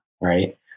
right